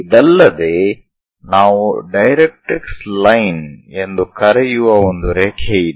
ಇದಲ್ಲದೆ ನಾವು directrix line ಎಂದು ಕರೆಯುವ ಒಂದು ರೇಖೆ ಇದೆ